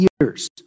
years